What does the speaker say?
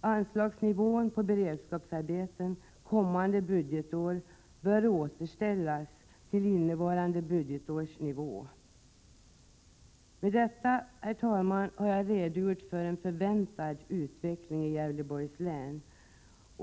Anslagsnivån för beredskapsarbeten kommande budgetår bör återställas till innevarande budgetårs nivå. Med detta, herr talman, har jag redogjort för en förväntad utveckling i Gävleborgs län.